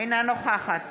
אינה נוכחת